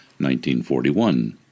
1941